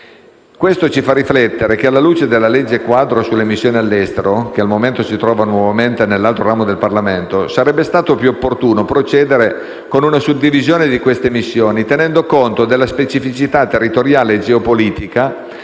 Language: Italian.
Questo ci fa riaffermare che, alla luce della legge quadro sulle missioni all'estero, che al momento si trova nuovamente all'esame dell'altro ramo del Parlamento, sarebbe stato più opportuno procedere con una suddivisione di queste missioni, tenendo conto della specificità territoriale e geopolitica,